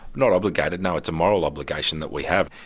not obligated no, it's a moral obligation that we have.